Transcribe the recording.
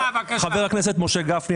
חבר הכנסת משה גפני,